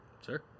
Sir